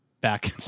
back